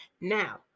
Now